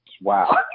Wow